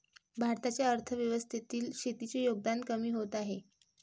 भारताच्या अर्थव्यवस्थेतील शेतीचे योगदान कमी होत आहे